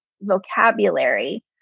vocabulary